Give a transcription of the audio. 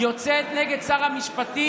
היא יוצאת נגד שר המשפטים.